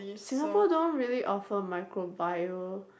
Singapore don't really offer microbio